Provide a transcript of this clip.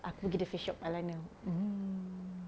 aku pergi The Face Shop eyeliner mm